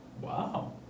wow